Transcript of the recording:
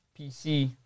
PC